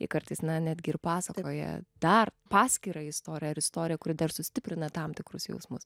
ir kartais na netgi ir pasakoja dar paskirą istoriją ar istoriją kuri dar sustiprina tam tikrus jausmus